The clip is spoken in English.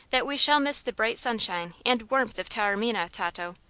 that we shall miss the bright sunshine and warmth of taormina, tato.